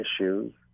issues